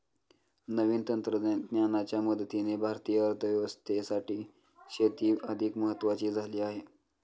नवीन तंत्रज्ञानाच्या मदतीने भारतीय अर्थव्यवस्थेसाठी शेती अधिक महत्वाची झाली आहे